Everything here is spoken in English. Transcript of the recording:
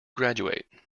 graduate